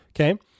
Okay